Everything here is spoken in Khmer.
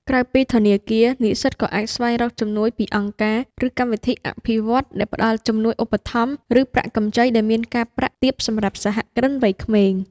ក្រៅពីធនាគារ និស្សិតក៏អាចស្វែងរកជំនួយពីអង្គការ ឬកម្មវិធីអភិវឌ្ឍន៍ដែលផ្តល់ជំនួយឧបត្ថម្ភ ឬប្រាក់កម្ចីដែលមានការប្រាក់ទាបសម្រាប់សហគ្រិនវ័យក្មេង។